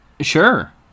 Sure